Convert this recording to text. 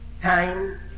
time